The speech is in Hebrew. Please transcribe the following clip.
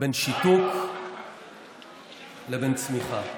בין שיתוק לבין צמיחה.